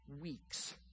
weeks